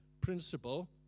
principle